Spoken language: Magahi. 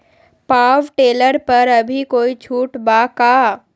पाव टेलर पर अभी कोई छुट बा का?